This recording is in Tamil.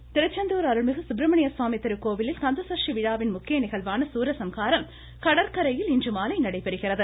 கந்தசஸ்டி திருச்செந்தூர் அருள்மிகு சுப்பிரமணியசுவாமி திருக்கோவிலில் கந்த சஸ்டி விழாவின் முக்கிய நிகழ்வான சூரஸம்ஹாரம் கடற்கரையில் இன்றுமாலை நடைபெறுகிறது